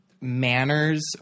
manners